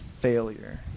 Failure